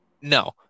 No